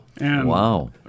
wow